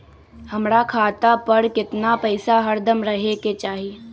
हमरा खाता पर केतना पैसा हरदम रहे के चाहि?